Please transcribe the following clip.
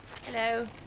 Hello